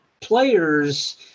players